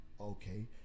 Okay